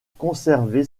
conservé